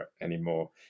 anymore